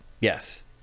Yes